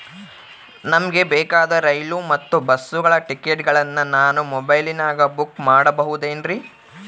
ನಮಗೆ ಬೇಕಾದ ರೈಲು ಮತ್ತ ಬಸ್ಸುಗಳ ಟಿಕೆಟುಗಳನ್ನ ನಾನು ಮೊಬೈಲಿನಾಗ ಬುಕ್ ಮಾಡಬಹುದೇನ್ರಿ?